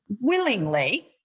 willingly